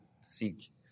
seek